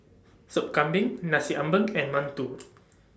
Sop Kambing Nasi Ambeng and mantou